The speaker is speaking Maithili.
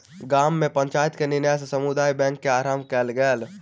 गाम में पंचायत के निर्णय सॅ समुदाय बैंक के आरम्भ कयल गेल